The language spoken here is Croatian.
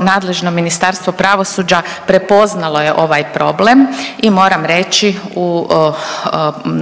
nadležno Ministarstvo pravosuđa prepoznalo je ovaj problem i moram reći u